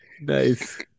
Nice